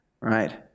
Right